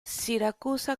siracusa